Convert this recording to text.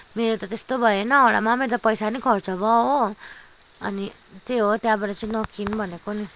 मेरो त त्यस्तो भयो होइन हाउडामा मेरो पैसा पनि खर्च भयो हो अनि त्यही हो त्यहाँबाट चाहिँ नकिन भनेको नि